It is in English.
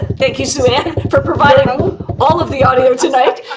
thank you, sue-ann for providing all of the audio tonight.